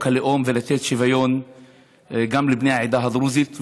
הלאום ולתת שוויון גם לבני העדה הדרוזית,